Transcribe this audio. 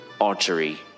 archery